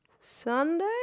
Sunday